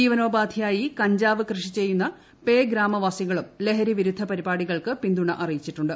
ജീവനോപാധിയായി കഞ്ചാവ് കൃഷി ചെയ്യുന്ന പേ ഗ്രാമവാസികളും ലഹരിവിരുദ്ധ പരിപാടികൾക്ക് പിന്തുണ അറിയിച്ചിട്ടുണ്ട്